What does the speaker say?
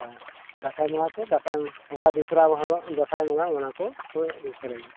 ᱚᱠᱟ ᱫᱟᱸᱥᱟᱭ ᱵᱚᱸᱜᱟ ᱠᱚ ᱫᱟᱸᱥᱟᱭ ᱚᱱᱠᱟ ᱫᱩᱥᱨᱟ ᱫᱚ ᱱᱟᱦᱟᱜ ᱫᱟᱸᱥᱟᱭ ᱵᱚᱸᱜᱟ ᱚᱱᱟ ᱠᱚ ᱥᱮᱨᱮᱧᱟ